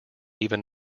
even